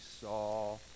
saw